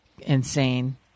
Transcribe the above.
insane